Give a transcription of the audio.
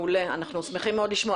מעולה, אנחנו שמחים מאוד לשמוע.